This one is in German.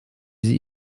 sie